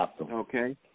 okay